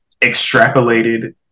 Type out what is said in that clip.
extrapolated